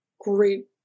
great